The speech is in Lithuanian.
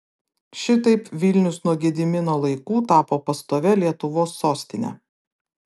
šitaip vilnius nuo gedimino laikų tapo pastovia lietuvos sostine